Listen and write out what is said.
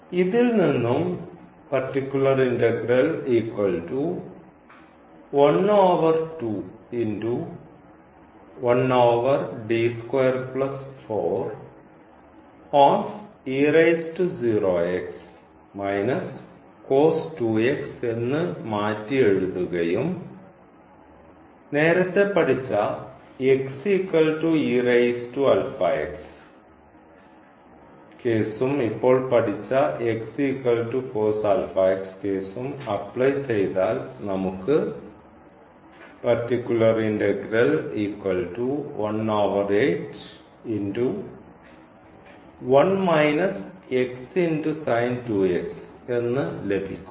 ഇതിൽ നിന്നും എന്ന് മാറ്റിയെഴുതുകയും നേരത്തെ പഠിച്ച കേസും ഇപ്പോൾ പഠിച്ച കേസും അപ്ലൈ ചെയ്താൽ നമുക്ക് എന്ന് ലഭിക്കുന്നു